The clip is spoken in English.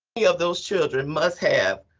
yeah of those children must have,